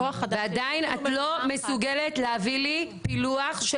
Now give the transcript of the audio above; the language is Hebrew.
הכוח --- ועדיין את לא מסוגלת להביא לי פילוח של